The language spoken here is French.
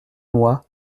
mois